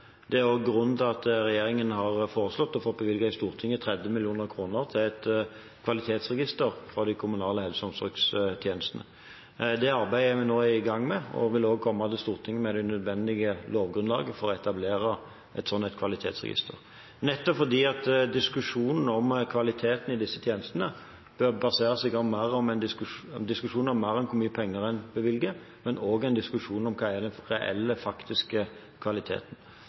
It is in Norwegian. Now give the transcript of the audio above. Det er også grunnen til at regjeringen har foreslått og fått bevilget i Stortinget 30 mill. kr til et kvalitetsregister for de kommunale helse- og omsorgstjenestene. Det arbeidet er vi nå i gang med, og vi vil komme til Stortinget med det nødvendige lovgrunnlaget for å etablere et slikt kvalitetsregister, nettopp fordi diskusjonen om kvaliteten i disse tjenestene bør være en diskusjon om mer enn hvor mye penger en bevilger, det må også være en diskusjon om hva som er den reelle, faktiske kvaliteten.